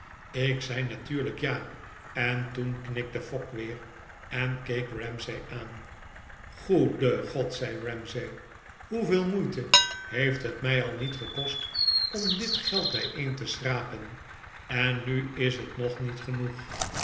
ik zei natuurlijk ja en toen knikte fogg weer eh keek ramsay aan goede god zei ramsay hoeveel moeite heeft het mij al niet gekost om dit geld bijeen te schrapen en nu is het nog niet genoeg